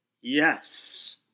yes